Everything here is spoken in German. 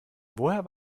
woher